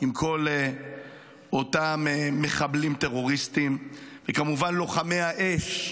עם כל אותם מחבלים טרוריסטים וכמובן, לוחמי האש,